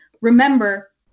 remember